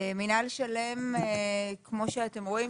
מינהל של"מ כמו שאתם רואים,